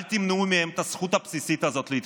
אל תמנעו מהם את הזכות הבסיסית הזאת להתחתן.